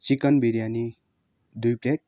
chicken biryani दुई plate